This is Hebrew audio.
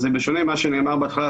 אז בשונה ממה שנאמר בהתחלה,